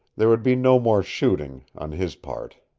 there would be no more shooting' on his part.